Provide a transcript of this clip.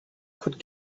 could